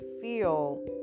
feel